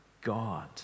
God